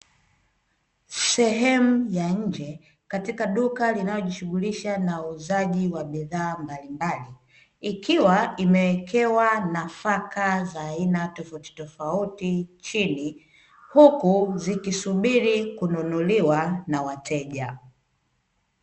Sehemu ya nje katika duka linalojishughulisha na uuzaji wa bidhaa mbalimbali, ikiwa imewekewa nafaka za aina tofautitofauti chini, huku zikisubiri kununuliwa na wateja.